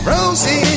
Rosie